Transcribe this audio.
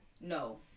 no